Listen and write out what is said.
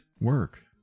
work